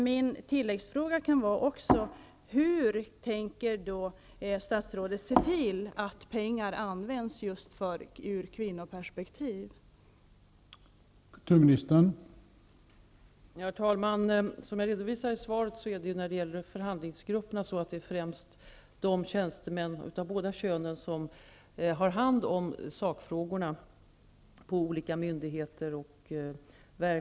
Min tilläggsfråga är: Hur tänker statsrådet då se till att pengar används till just ett kvinnoperspektiv på EG-frågorna?